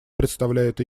представляют